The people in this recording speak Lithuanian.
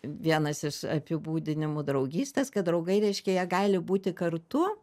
vienas iš apibūdinimų draugystės kad draugai reiškia jie gali būti kartu